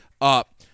up